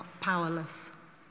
powerless